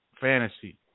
fantasy